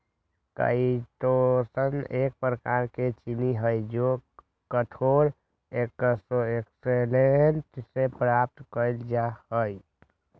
chitosan एक प्रकार के चीनी हई जो कठोर एक्सोस्केलेटन से प्राप्त कइल जा हई